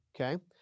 Okay